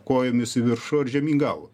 kojomis į viršų ar žemyn galva